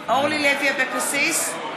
אבקסיס,